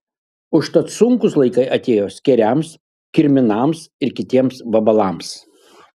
užtat sunkūs laikai atėjo skėriams kirminams ir kitiems vabalams